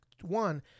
one